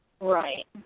Right